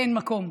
אין מקום.